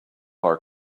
our